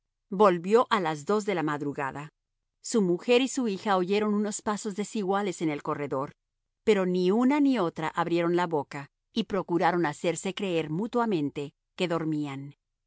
volvió a las dos de la madrugada su mujer y su hija oyeron unos pasos desiguales en el corredor pero ni una ni otra abrieron la boca y procuraron hacerse creer mutuamente que dormían